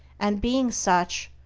and being such,